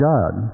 God